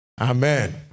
Amen